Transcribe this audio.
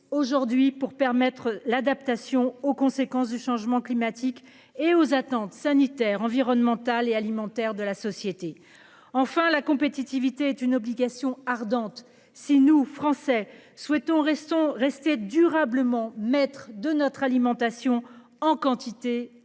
aujourd'hui pour permettre l'adaptation aux conséquences du changement climatique et aux attentes sanitaires, environnementales et alimentaires de la société. Enfin la compétitivité est une obligation ardente si nous Français souhaitons restons rester durablement maître de notre alimentation en quantité